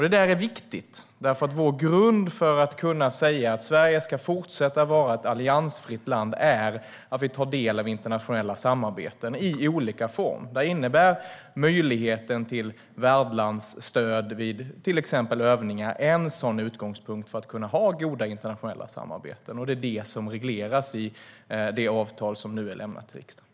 Det där är viktigt, eftersom vår grund för att kunna säga att Sverige ska fortsätta att vara ett alliansfritt land är att vi tar del av internationella samarbeten i olika former. Möjligheten till värdlandsstöd vid till exempel övningar innebär en utgångspunkt för goda internationella samarbeten. Det är det som regleras i det avtal som nu är lämnat till riksdagen.